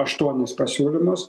aštuonis pasiūlymus